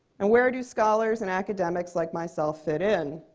and where do scholars and academics like myself fit in?